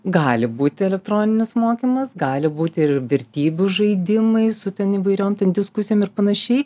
gali būti elektroninis mokymas gali būti ir vertybių žaidimai su ten įvairiom ten diskusijom ir panašiai